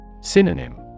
Synonym